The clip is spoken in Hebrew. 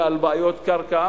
ועל בעיות קרקע,